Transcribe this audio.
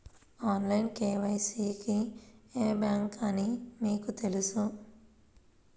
Online KYC కి ఏ bank అని మీకు తెలుసా?